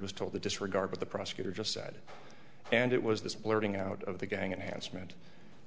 was told to disregard what the prosecutor just said and it was this blurting out of the gang of hands meant